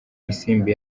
isimbi